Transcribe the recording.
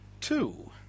two